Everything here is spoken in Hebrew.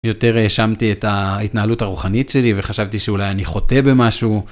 יותר האשמתי את ההתנהלות הרוחנית שלי וחשבתי שאולי אני חוטא במשהו.